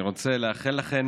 אני רוצה לאחל לכן